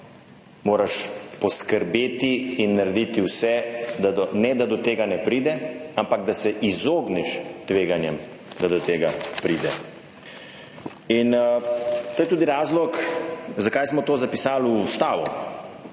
moraš poskrbeti in narediti vse, da ne, da do tega ne pride, ampak da se izogneš tveganjem, da do tega pride. In to je tudi razlog zakaj smo to zapisali v Ustavo,